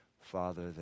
Father